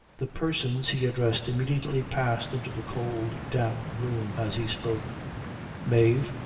the persons he addressed immediately passed into the cold, damp room as he spoke mave,